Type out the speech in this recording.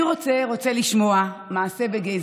אני רק רוצה לסיים ולומר,